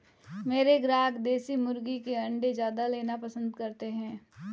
मेरे ग्राहक देसी मुर्गी के अंडे ज्यादा लेना पसंद करते हैं